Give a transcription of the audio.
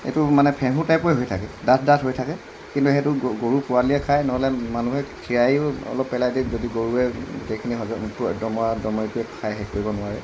এইটো মানে ফেঁহু টাইপৰে হৈ থাকে ডাঠ ডাঠ হৈ থাকে কিন্তু সেইটো গৰু পোৱালিয়ে খাই নহ'লে মানুহে খীৰায়ো অলপ পেলাই দিয়ে যদি গৰুৱে গোটেইখিনি হজম দমৰা দমৰীটোৱে খাই শেষ কৰিব নোৱাৰে